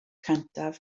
cyntaf